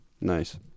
Nice